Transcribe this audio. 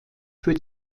für